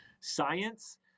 science